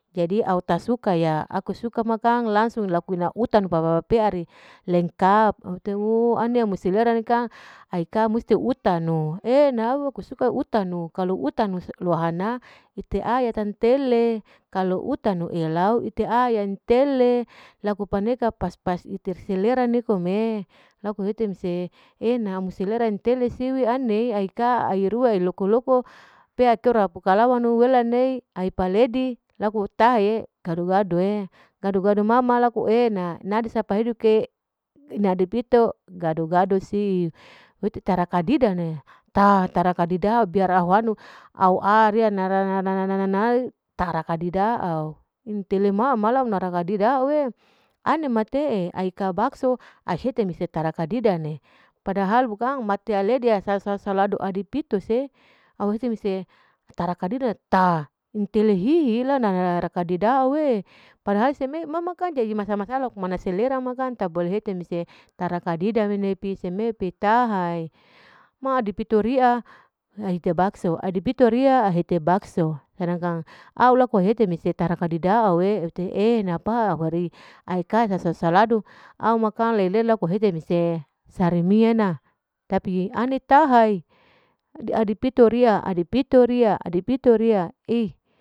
Jadi au tak suka ya, aku suka ma kang langsung laku ina utanu appeari lengkap, ane maselera ne kang aika musti utanu e'ena aku suka utanu, kalu utanu lohana ite ayatan tentele, kalu utanu elau ute'a tentele, laku paneka pas-pas selera nikom'e, laku hete mese e'ena mu selera entele siu ane aika, airua loko-loko pea kea pukalawanu wela nei ai paledi laku taha'e gado-gado e, gado-gado'e ma ma laku e'ena nadisa yapa heduke ina adipitu gado-gado siu, tarakadida ne, taha tarakadidao biar au hanu au ariya, narananana tarkadidao, intele nara larakadidao'e, ane mate'e aika bakso ai hete tarakadida na, padahal bukang mate aledi sasa aladu adepito se, ai hete mese tarakadida taha, intele hihi la tarakadidao'e, padahal seme mama kang jadi masa-masa ma kang laku mana selera ma kang jadi tak bole hete mese tarakadida pi tahai, maadipito ria mihete bakso, adipito riya ahete bakso, sedangkan au laku ahete mese tarakadidao. e ite enapa wari aeka sasa saladu aemakang meria mehete sarimi ena, tapi ane taha'e adepito riy a, adepitoriya, adepitoriya ih.